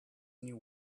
new